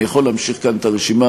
אני יכול להמשיך כאן את הרשימה,